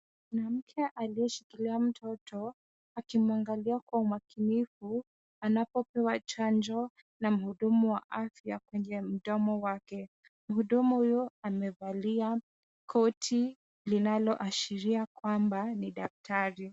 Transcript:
Mwanamke aliyeshikilia mtoto akimwangalia kwa umakinifu anapopewa chanjo na mhudumu wa afya kwenye mdomo wake, mhudumu huyo amevalia koti linaloashiria kwamba ni daktari.